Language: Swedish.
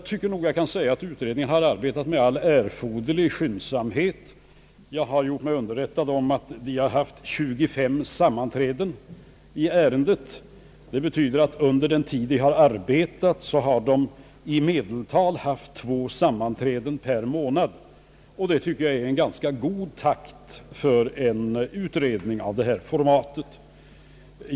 Utredningen kan nog sägas ha arbetat med all erforderlig skyndsamhet. Jag har gjort mig underrättad om att den har haft 25 sammanträden i ärendet. Det betyder att vederbörande under den tid de arbetat haft i medeltal två sammanträden per månad, och det tycker jag är en ganska god takt för en utredning av detta format.